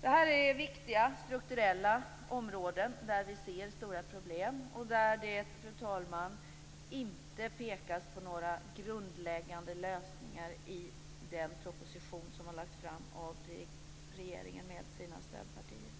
Det här är viktiga strukturella områden där vi ser stora problem och där det, fru talman, inte pekas på några grundläggande lösningar i den proposition som regeringen tillsammans med sina stödpartier har lagt fram.